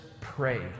pray